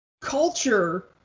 culture